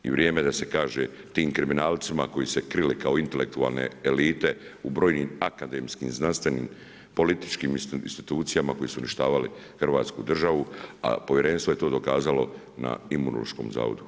I vrijeme je da se kaže tim kriminalcima koji se krile kao intelektualne elite u brojnim akademskim, znanstvenim, političkim institucijama koje su uništavali Hrvatsku državu, a povjerenstvo je to dokazalo na Imunološkom zavodu.